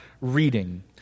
reading